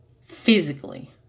physically